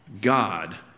God